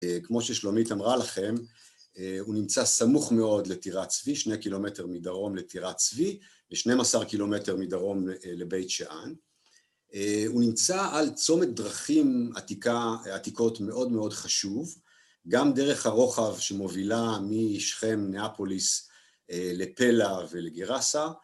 כמו ששלומית אמרה לכם, הוא נמצא סמוך מאוד לטירת צבי, שני קילומטר מדרום לטירת צבי ושניים עשר קילומטר מדרום לבית שאן הוא נמצא על צומת דרכים עתיקות מאוד מאוד חשוב גם דרך הרוחב שמובילה משכם ניאפוליס לפלה ולגירסה